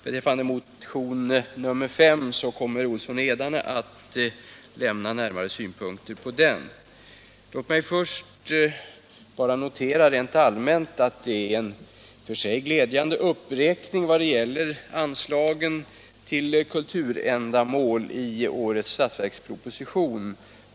När det gäller reservationen 5 kommer herr Olsson i Edane att lämna närmare synpunkter. Låt mig först bara notera rent allmänt att årets budgetproposition innehåller en i och för sig glädjande uppräkning av anslagen till kulturändamål.